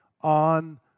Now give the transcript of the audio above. on